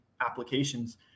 applications